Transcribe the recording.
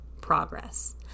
progress